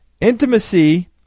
intimacy